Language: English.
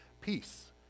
peace